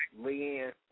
Leanne